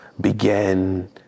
began